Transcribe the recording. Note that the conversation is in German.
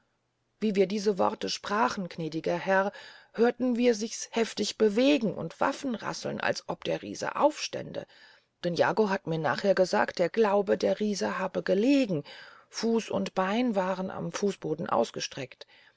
wie wir diese worte sprachen gnädiger herr hörten wir sichs heftig bewegen und waffen rasseln als ob der riese aufstände denn jago hat mir nachher gesagt er glaube der riese habe gelegen fuß und beine waren am fußboden ausgestreckt